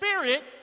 Spirit